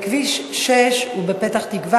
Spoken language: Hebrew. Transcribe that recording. בכביש 6 ובפתח-תקווה,